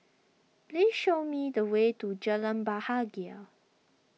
please show me the way to Jalan Bahagia